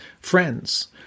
friends